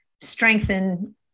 strengthen